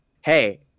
hey